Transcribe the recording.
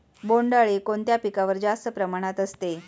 बोंडअळी कोणत्या पिकावर जास्त प्रमाणात असते?